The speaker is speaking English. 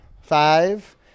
Five